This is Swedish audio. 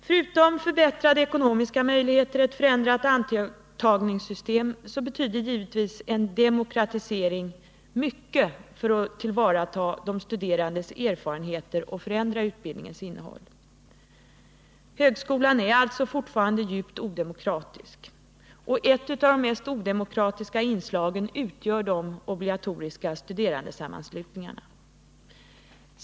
Förutom förbättrade ekonomiska möjligheter och ett förändrat antagningssystem så betyder givetvis en demokratisering av högskoleorganisationen mycket för att ta till vara de studerandes erfarenheter och förändra utbildningens innehåll. Högskolan är alltså fortfarande djupt odemokratisk. Ett av de mest odemokratiska inslagen utgör de obligatoriska studerandesammanslutningarna.